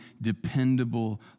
dependable